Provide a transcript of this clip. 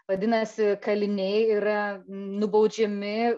vadinasi kaliniai yra nubaudžiami